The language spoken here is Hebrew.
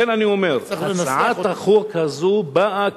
לכן אני אומר: הצעת החוק הזאת באה